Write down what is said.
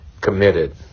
committed